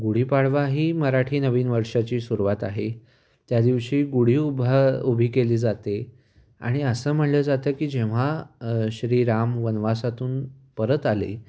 गुढीपाडवा ही मराठी नवीन वर्षाची सुरूवात आहे त्यादिवशी गुढी उभा उभी केली जाते आणि असं म्हटलं जातं की जेव्हा श्रीराम वनवासातून परत आले